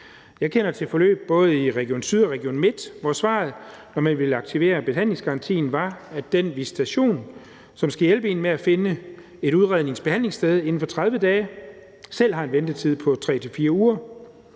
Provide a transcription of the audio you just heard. Jeg kender til forløb både i Region Sydjylland og Region Midtjylland, hvor svaret, når man ville aktivere behandlingsgarantien, var, at den visitation, som skal hjælpe en med at finde et udrednings-/behandlingssted inden for 30 dage, selv har en ventetid på 3-4 uger,